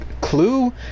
Clue